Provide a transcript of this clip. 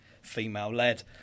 female-led